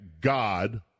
God